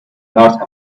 north